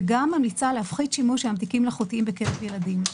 וגם ממליצה להפחית שימוש בממתיקים מלאכותיים בקרב ילדים.